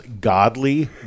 godly